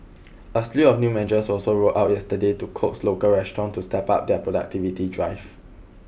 a slew of new measures were also rolled out yesterday to coax local restaurants to step up their productivity drive